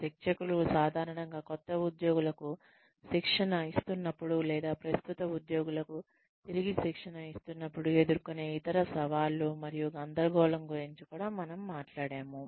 శిక్షకులు సాధారణంగా కొత్త ఉద్యోగులకు శిక్షణ ఇస్తున్నప్పుడు లేదా ప్రస్తుత ఉద్యోగులకు తిరిగి శిక్షణ ఇస్తున్నప్పుడు ఎదుర్కొనే ఇతర సవాళ్లు మరియు గందరగోళం గురుంచి కూడా మనము మాట్లాడాము